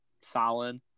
solid